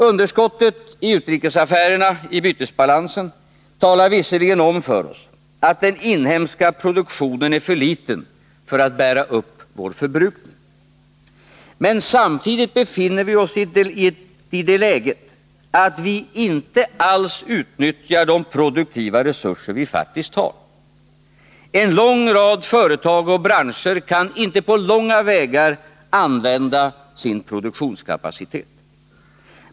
Underskottet i utrikesaffärerna, i bytesbalansen, talar visserligen om för oss att den inhemska produktionen är för liten för att bära upp vår förbrukning. Men samtidigt befinner vi oss i det läget att vi inte alls utnyttjar de produktiva resurser vi faktiskt har. En lång rad företag och branscher kan inte på långa vägar använda sin produktionskapacitet.